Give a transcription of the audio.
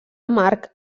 amarg